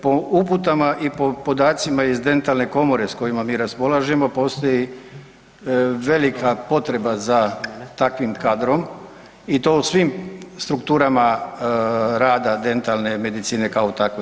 Po uputama i po podacima iz dentalne komore s kojima mi raspolažemo postoji velika potreba za takvim kadrom i to u svim strukturama dentalne medicine kao takve.